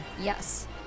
Yes